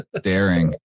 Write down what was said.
daring